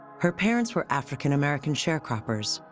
her parents were african american sharecroppers,